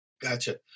Gotcha